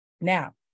Now